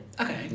Okay